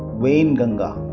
wainganga